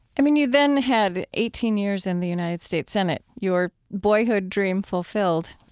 i mean, you then had eighteen years in the united states senate, your boyhood dream fulfilled,